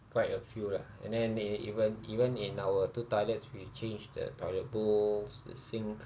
quite a few lah and then they even even in our two toilets we change the toilet bowls the sink